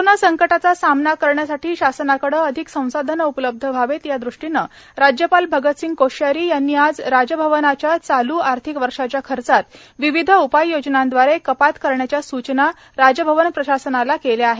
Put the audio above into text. corona संकटाचा सामना करण्यासाठी शासनाकडे अधिक संसाधन उपलब्ध व्हावे या दृष्टीने राज्यपाल भगतसिंह कोश्यारी यांनी आज राजभवनाच्या चालू आर्थिक वर्षाच्या खर्चात विविध उपाययोजनांदवारे कपात करण्याच्या सूचना राजभवन प्रशासनाला केल्या आहेत